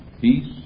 peace